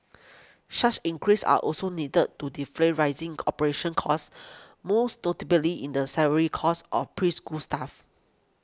such increases are also needed to defray rising operation costs most notably in the salary costs of preschool staff